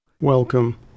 Welcome